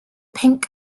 pink